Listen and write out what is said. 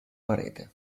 parete